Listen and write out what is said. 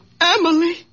Emily